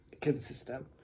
consistent